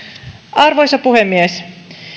arvoisa puhemies